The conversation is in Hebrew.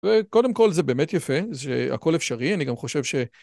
וקודם כל זה באמת יפה, שהכל אפשרי, אני גם חושב ש...